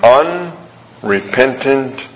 unrepentant